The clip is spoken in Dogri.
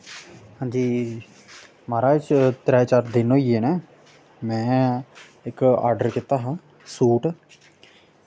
हांजी म्हाराज त्रैऽ चार दिन होई गे न में इक ऑर्डर कीता हा सूट